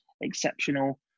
exceptional